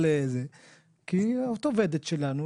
כי את עובדת שלנו,